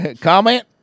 Comment